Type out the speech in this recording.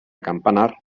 campanar